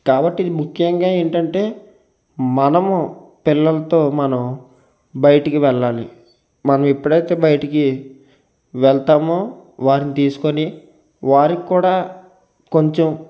కాబట్టి ముఖ్యంగా ఏంటంటే మనము పిల్లలతో మనం బయటకి వెళ్ళాలి మనం ఎప్పుడైతే బయటికి వెళ్తామో వారిని తీసుకొని వారికి కూడా కొంచం